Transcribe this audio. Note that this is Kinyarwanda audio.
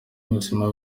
ubuzima